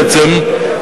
בעצם,